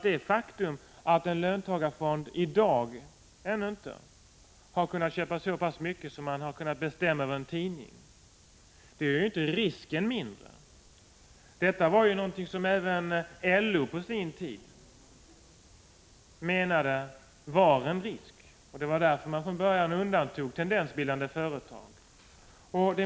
Det faktum att en löntagarfond ännu inte har kunnat köpa så pass mycket aktier att den kan bestämma över en tidning minskar ju inte riskerna i detta sammanhang. Även LO har ju gett uttryck för att här föreligger en risk. Det var just därför som man undantog tendensbildande företag.